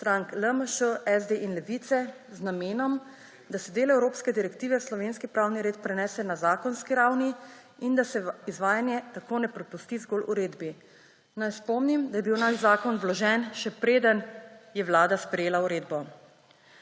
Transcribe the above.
strank LMŠ, SD in Levice z namenom, da se del evropske direktive v slovenski pravni red prenese na zakonski ravni in da se izvajanje tako ne prepusti zgolj uredbi. Naj spomnim, da je bil zakon vložen, še preden je Vlada sprejela uredbo.